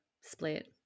split